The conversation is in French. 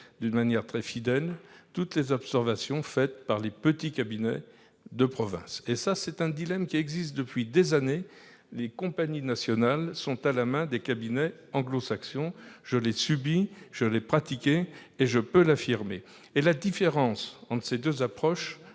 d'une manière très fidèle toutes les observations formulées par les petits cabinets de province. C'est un dilemme qui existe depuis des années, les compagnies nationales sont à la main des cabinets anglo-saxons : je l'ai subi, je l'ai pratiqué et je peux l'affirmer. Quelle est la différence entre ces deux approches